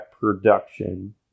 production